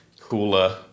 cooler